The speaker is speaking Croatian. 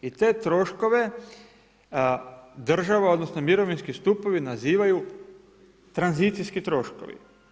I te troškove država odnosno mirovinski stupovi nazivaju tranzicijski troškovi.